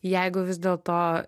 jeigu vis dėlto